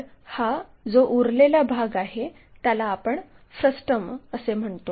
तर हा जो उरलेला भाग आहे त्याला आपण फ्रस्टम असे म्हणतो